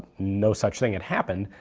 no such thing had happened,